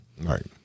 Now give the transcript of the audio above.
Right